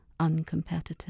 uncompetitive